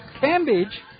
Cambridge